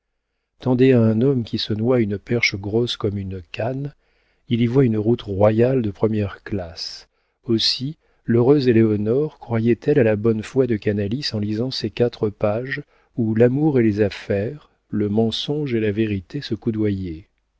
à un homme qui se noie une perche grosse comme une canne il y voit une route royale de première classe aussi l'heureuse éléonore croyait-elle à la bonne foi de canalis en lisant ces quatre pages où l'amour et les affaires le mensonge et la vérité se coudoyaient